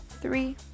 three